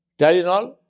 Tylenol